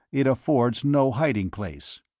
it affords no hiding-place.